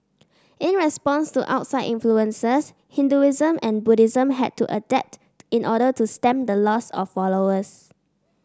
in response to outside influences Hinduism and Buddhism had to adapt in order to stem the loss of followers